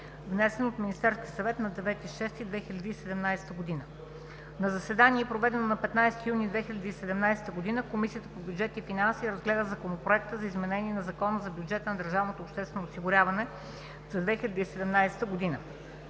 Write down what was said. внесен от Министерския съвет на 09 юни 2017 г. На заседание, проведено на 15 юни 2017 г., Комисията по бюджет и финанси разгледа Законопроекта за изменение на Закона за бюджета на държавното